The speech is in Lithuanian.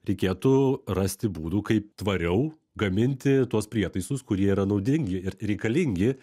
reikėtų rasti būdų kaip tvariau gaminti tuos prietaisus kurie yra naudingi ir reikalingi